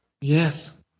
Yes